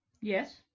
yes